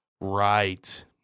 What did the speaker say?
Right